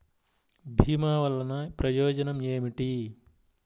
భీమ వల్లన ప్రయోజనం ఏమిటి?